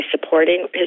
supporting